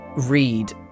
read